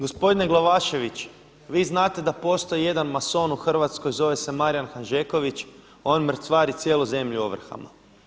Gospodine Glavašević, vi znate da postoji jedan mason u Hrvatskoj zove se Marjan Hanžeković, on mrcvari cijelu zemlju ovrhama.